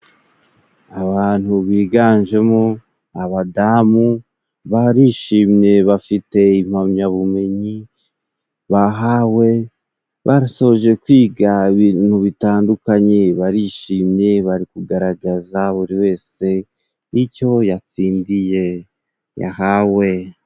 Abantu biganjemo abadamu barishimye，bafite impamyabumenyi bahawe， basoje kwiga ibintu bitandukanye， barishimye， bari kugaragaza buri wese icyo yatsindiye yahawe.